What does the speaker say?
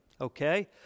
Okay